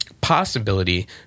possibility